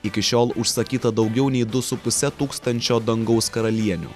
iki šiol užsakyta daugiau nei du su puse tūkstančio dangaus karalienių